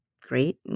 great